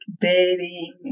dating